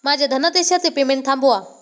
माझ्या धनादेशाचे पेमेंट थांबवा